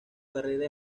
carrera